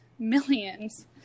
Millions